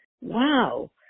Wow